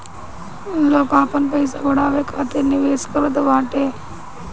लोग आपन पईसा बढ़ावे खातिर निवेश करत बाटे